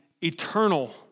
eternal